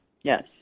Yes